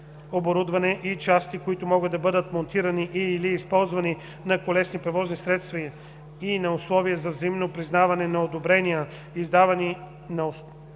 оборудване и части, които могат да бъдат монтирани и/или използвани на колесни превозни средства, и на условия за взаимно признаване на одобрения, издавани на основата